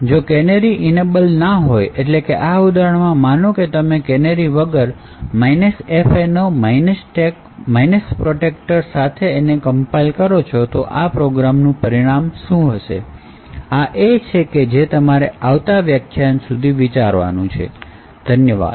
જો canary enable ના હોય તો એટલે કે આ ઉદાહરણમાં માનો કે તમે કેનેરી વગર fno stack protector સાથે એને compile કરો છો તો આ પ્રોગ્રામ નું પરિણામ શું હશે આ એ છે કે જે તમારે આવતા વ્યાખ્યાન સુધી વિચારવાનું છે ધન્યવાદ